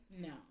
No